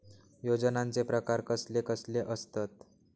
योजनांचे प्रकार कसले कसले असतत?